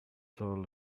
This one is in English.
soul